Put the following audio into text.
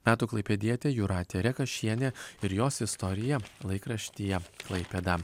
metų klaipėdietė jūratė rekašienė ir jos istorija laikraštyje klaipėda